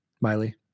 Miley